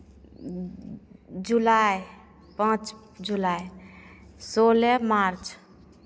जुलाई पांच जुलाई सोलह मार्च